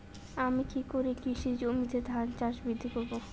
আমি কী করে কৃষি জমিতে ধান গাছ বৃদ্ধি করব?